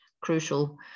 crucial